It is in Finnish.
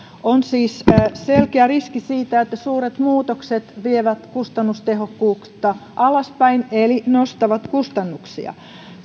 on siis selkeä riski että suuret muutokset vievät kustannustehokkuutta alaspäin eli nostavat kustannuksia